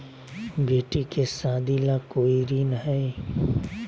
बेटी के सादी ला कोई ऋण हई?